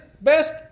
Best